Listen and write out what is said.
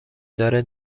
داره